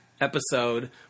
episode